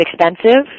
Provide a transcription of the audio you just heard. expensive